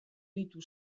ditu